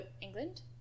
england